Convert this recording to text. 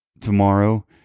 tomorrow